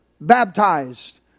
baptized